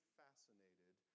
fascinated